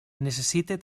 necessite